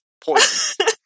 poison